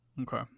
Okay